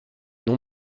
non